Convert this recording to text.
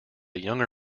younger